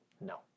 No